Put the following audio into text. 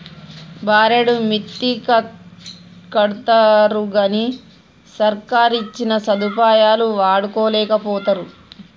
బారెడు మిత్తికడ్తరుగని సర్కారిచ్చిన సదుపాయాలు వాడుకోలేకపోతరు